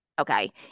Okay